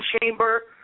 Chamber